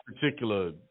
particular